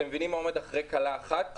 אתם מבינים מה עומד מאחורי כלה אחת.